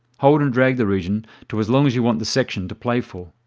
hold and drag the region to as long as you want the section to play for.